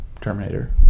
Terminator